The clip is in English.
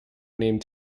named